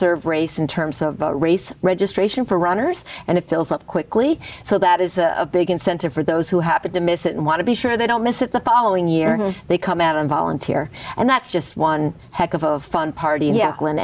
serve race in terms of race registration for runners and if fills up quickly so that is a big incentive for those who happened to miss it and want to be sure they don't miss it the following year they come out and volunteer and that's just one heck of a fun party